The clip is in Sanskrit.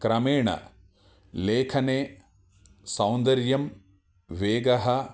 क्रमेण लेखने सौन्दर्यं वेगः